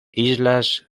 islas